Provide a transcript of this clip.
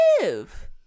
live